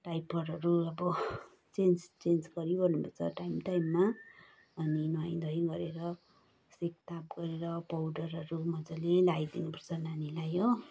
डाइपरहरू अब change change गरिरहनुपर्छ time टाइममा अनि नुहाई धुहाई गरेर सेकताप गरेर पाउडरहरू मजाले लगाइदिनुपर्छ नानीलाई हो